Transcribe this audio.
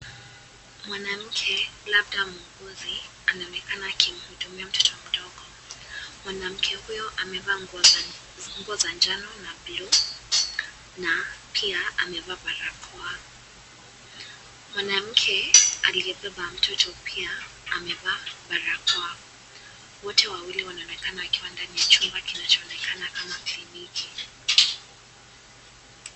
Mwanamke labda muuguzi anaonekana akimhudumia mtoto mdogo, mwanamke huyo amevaa nguo njano na pia amevaa barakoa. Mwanamke aliyebeba mtoto pia amevaa barakoa, wote wawili wanaonekana wakiwa ndani ya chumba kkinacho onekana kama kliniki.